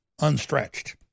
unstretched